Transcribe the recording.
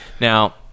Now